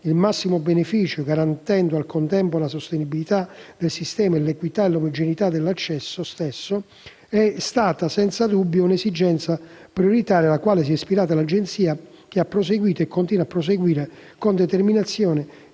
il massimo beneficio, garantendo al contempo la sostenibilità del sistema e l'equità e l'omogeneità dell'accesso stesso, è stata senza dubbio un'esigenza prioritaria che l'Agenzia ha perseguito e continua a perseguire con determinazione